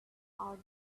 our